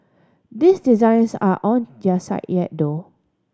these designs are on their site yet though